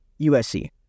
USC